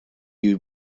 you